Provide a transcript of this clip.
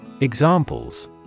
Examples